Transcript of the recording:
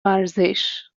ورزش